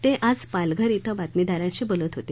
ते आज पालघर इथं बातमीदारांशी बोलत होते